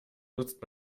nutzt